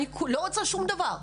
אני לא רוצה שום דבר.